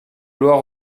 loi